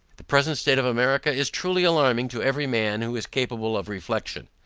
the present state of america is truly alarming to every man who is capable of reflexion.